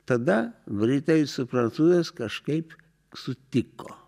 tada britai su prancūzais kažkaip sutiko